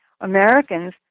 Americans